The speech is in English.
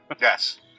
Yes